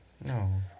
No